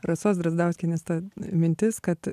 rasos drazdauskienės ta mintis kad